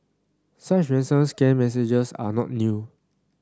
such ransom scam messages are not new